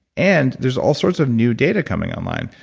and there's all sorts of new data coming online.